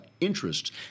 interests